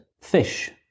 fish